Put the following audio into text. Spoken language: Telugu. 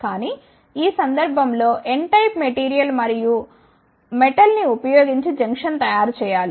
కానీ ఈ సందర్భంలో N టైప్ మెటీరియల్ మరియు మెటల్ ని ఉపయోగించి జంక్షన్ తయారు చేయాలి